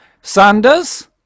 Sanders